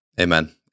Amen